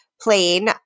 plane